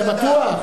זה בטוח,